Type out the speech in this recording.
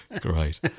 great